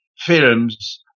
films